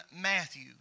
Matthew